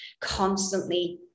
constantly